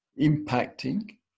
impacting